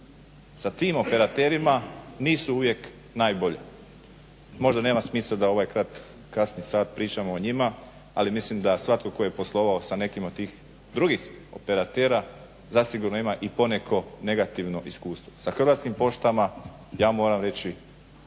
sa tim operaterima nisu uvijek najbolja. Možda nema smisla da u ovaj kasni sat pričamo o njima, ali mislim da svatko tko je poslovao sa nekim od tih drugih operatera zasigurno ima i poneko negativno iskustvo. Sa Hrvatskim poštama ja moram reći